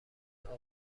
ابی